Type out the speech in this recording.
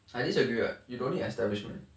I disagree what you don't need establishment